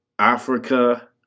Africa